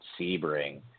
Sebring